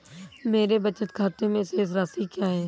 मेरे बचत खाते में शेष राशि क्या है?